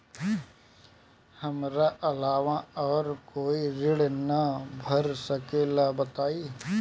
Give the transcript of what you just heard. हमरा अलावा और कोई ऋण ना भर सकेला बताई?